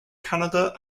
canada